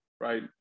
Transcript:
right